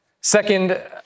Second